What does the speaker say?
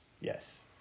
Yes